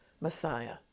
Messiah